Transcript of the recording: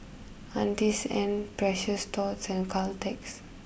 Auntie's Ann Precious Thots and Caltex